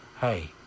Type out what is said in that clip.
Hey